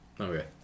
Okay